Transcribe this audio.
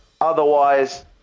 Otherwise